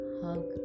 hug